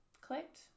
clicked